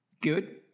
good